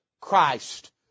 Christ